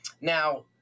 Now